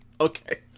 Okay